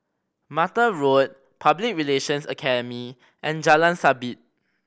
Mattar Road Public Relations Academy and Jalan Sabit